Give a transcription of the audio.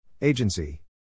Agency